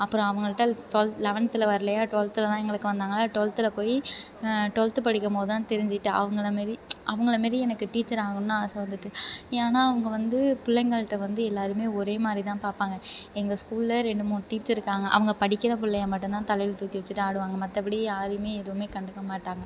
அப்புறம் அவங்கள்ட்ட டுவெல் லெவன்த்தில் வரலையா டுவெல்த்தில் தான் எங்களுக்கு வந்தாங்களா டுவெல்த்தில் போய் டுவெல்த்து படிக்கும் போது தான் தெரிஞ்சுட்டு அவங்கள மாரி அவங்கள மாரி எனக்கு டீச்சர் ஆகணும்ன்னு ஆசை வந்துவிட்டு ஏன்னா அவங்க வந்து பிள்ளைங்கள்ட்ட வந்து எல்லோரையுமே ஒரே மாதிரி தான் பார்ப்பாங்க எங்கள் ஸ்கூலில் ரெண்டு மூணு டீச்சர் இருக்காங்க அவங்க படிக்கிற பிள்ளைய மட்டுந்தான் தலையில் தூக்கி வெச்சிட்டு ஆடுவாங்க மற்றபடி யாரையுமே எதுவுமே கண்டுக்க மாட்டாங்க